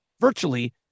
virtually